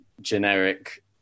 generic